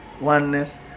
oneness